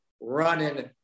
Running